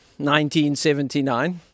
1979